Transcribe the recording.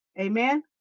Amen